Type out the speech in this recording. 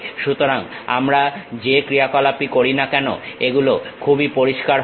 সুতরাং আমরা যে ক্রিয়া কলাপই করি না কেন এগুলো খুবই পরিষ্কার হবে